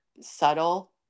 subtle